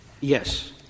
Yes